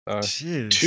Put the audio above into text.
Two